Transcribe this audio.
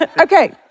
Okay